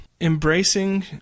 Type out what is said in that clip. embracing